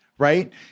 Right